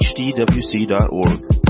hdwc.org